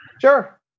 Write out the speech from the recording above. Sure